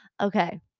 Okay